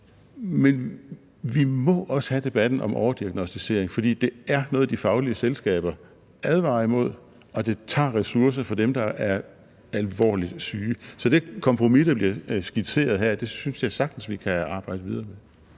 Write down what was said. Men vi må også have debatten om overdiagnosticering, for det er noget, de faglige selskaber advarer imod, og det tager ressourcer fra dem, der er alvorligt syge. Så det kompromis, der bliver skitseret her, synes jeg sagtens vi kan arbejde videre med.